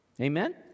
Amen